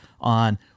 on